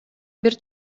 бир